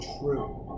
true